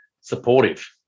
supportive